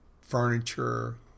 furniture